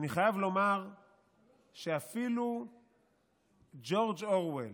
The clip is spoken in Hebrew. אני חייב לומר שאפילו ג'ורג' אורוול